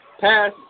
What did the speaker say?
Pass